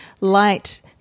light